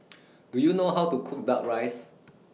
Do YOU know How to Cook Duck Rice